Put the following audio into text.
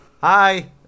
Hi